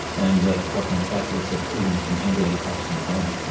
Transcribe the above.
and what comes back is that even congenitally absent bone,